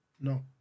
No